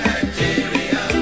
Nigeria